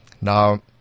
Now